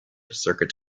circuit